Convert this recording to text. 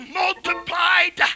multiplied